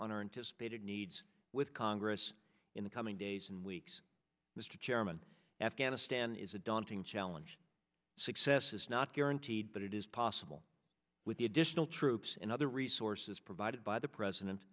spaded needs with congress in the coming days and weeks mr chairman afghanistan is a daunting challenge success is not guaranteed but it is possible with the additional troops and other resources provided by the president